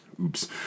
Oops